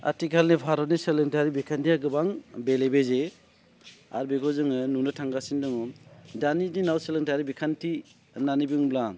आथिखालनि भारतनि सोलोंथायारि बिखान्थिया गोबां बेले बेजे आरो बेखौ जोङो नुनो थांगासिनो दङ दानि दिनाव सोलोंथायारि बिखान्थि होननानै बुङोब्ला